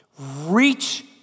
reach